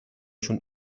شون